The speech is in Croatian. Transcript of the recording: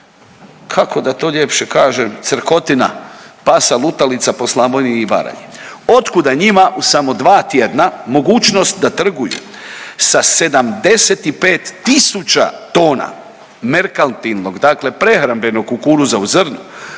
kako da to ljepše kažem, crkotina, pasa lutalica po Slavoniji i Baranji. Od kuda njima u samo 2 tjedna mogućnost da trguju sa 75 tisuća tona merkaltilnog, dakle prehrambenog kukuruza u zrnu?